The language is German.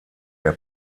der